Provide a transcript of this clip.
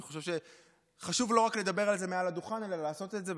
אני חושב שחשוב לא רק לדבר על זה מעל הדוכן אלא לעשות את זה,